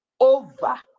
over